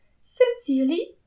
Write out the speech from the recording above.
Sincerely